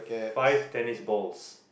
five tennis balls